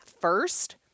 first